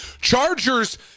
Chargers